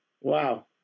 wow